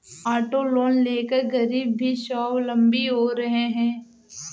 auto loan लेकर गरीब लोग भी स्वावलम्बी हो रहे हैं